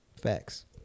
Facts